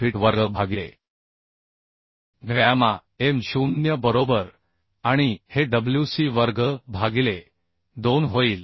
2fyt वर्ग भागिले gamma m0 बरोबर आणि हे wc वर्ग भागिले 2 होईल